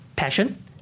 passion